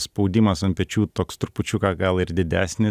spaudimas ant pečių toks trupučiuką gal ir didesnis